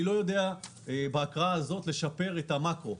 אני לא יודע בהקראה הזאת לשפר את המקרו.